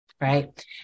Right